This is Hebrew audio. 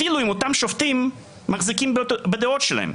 אפילו אם אותם שופטים מחזיקים בדעות שלהם.